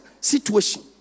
situation